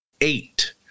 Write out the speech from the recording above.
eight